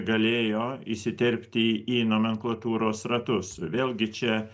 galėjo įsiterpti į nomenklatūros ratus vėlgi čia